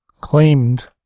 claimed